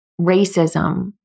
racism